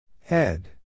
Head